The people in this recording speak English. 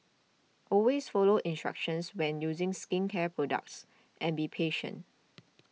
always follow instructions when using skincare products and be patient